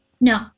No